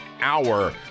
hour